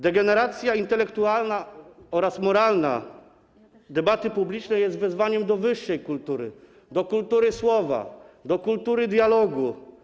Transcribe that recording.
Degeneracja intelektualna oraz moralna debaty publicznej jest wezwaniem do wyższej kultury, do kultury słowa, do kultury dialogu.